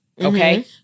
Okay